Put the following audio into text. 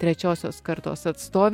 trečiosios kartos atstovė